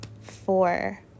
four